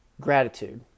gratitude